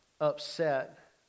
upset